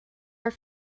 are